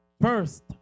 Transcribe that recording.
first